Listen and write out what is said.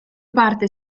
parte